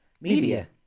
Media